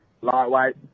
lightweight